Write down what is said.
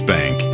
Bank